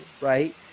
right